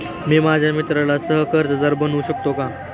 मी माझ्या मित्राला सह कर्जदार बनवू शकतो का?